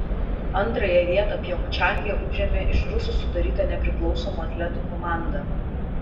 antrąją vietą pjongčange užėmė iš rusų sudaryta nepriklausomų atletų komanda